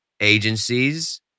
agencies